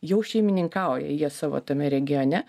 jau šeimininkauja jie savo tame regione